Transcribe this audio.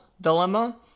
dilemma